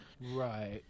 Right